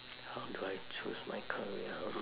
how do I choose my career